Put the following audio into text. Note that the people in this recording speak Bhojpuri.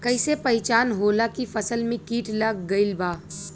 कैसे पहचान होला की फसल में कीट लग गईल बा?